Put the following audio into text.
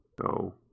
go